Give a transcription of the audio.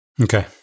Okay